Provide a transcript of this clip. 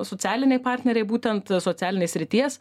socialiniai partneriai būtent socialinės srities